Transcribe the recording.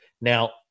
now